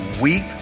weep